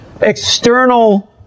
external